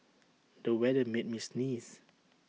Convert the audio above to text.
the weather made me sneeze